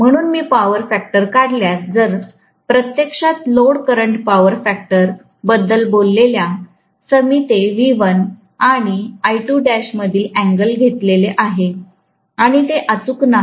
म्हणून मी power factor काढल्यास जर प्रत्यक्षात लोड करंट पॉवर फॅक्टर बद्दल बोलल्या समीते V1 आणि मधील अँगल घेतलेले आहे आणि हे अचूक नाही